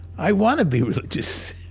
i want to be religious.